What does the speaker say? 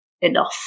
enough